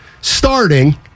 starting